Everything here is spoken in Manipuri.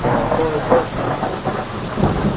ꯑꯣ ꯍꯣꯏ ꯍꯣꯏ ꯕ꯭ꯔꯣ ꯑꯗꯨꯗꯤ ꯌꯥꯝ ꯅꯨꯡꯉꯥꯏꯖꯔꯦ ꯑꯥ